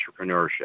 entrepreneurship